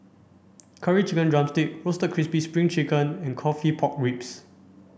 curry chicken drumstick roasted crispy spring chicken and coffee pork ribs